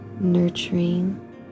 nurturing